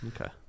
Okay